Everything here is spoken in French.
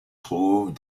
trouve